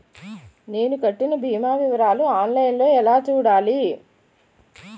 నేను కట్టిన భీమా వివరాలు ఆన్ లైన్ లో ఎలా చూడాలి?